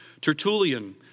Tertullian